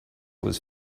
was